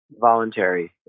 Voluntary